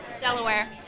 Delaware